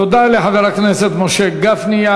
תודה לחבר הכנסת משה גפני.